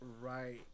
right